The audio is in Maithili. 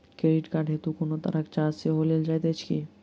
क्रेडिट कार्ड हेतु कोनो तरहक चार्ज सेहो लेल जाइत अछि की?